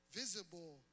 visible